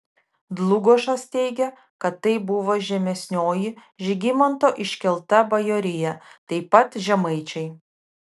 dlugošas teigia kad tai buvo žemesnioji žygimanto iškelta bajorija taip pat žemaičiai